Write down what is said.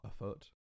afoot